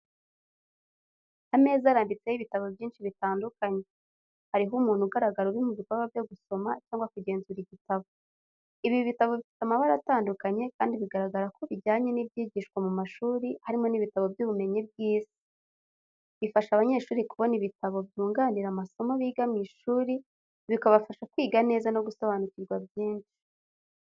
Ameza arambitseho ibitabo byinshi bitandukanye. Hariho umuntu ugaragara uri mu bikorwa byo gusoma cyangwa kugenzura igitabo. Ibi bitabo bifite amabara atandukanye kandi bigaragara ko bijyanye n’ibyigishwa mu mashuri harimo n’ibitabo by’ubumenyi bw’isi. Bifasha abanyeshuri kubona ibitabo byunganira amasomo biga mu ishuri bikabafasha kwiga neza no gusobanukirwa byinshi.